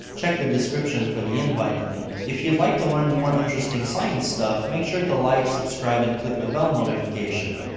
check the description for the invite link. if you'd like to learn more interesting science stuff, make sure to like, subscribe and click the bell notification.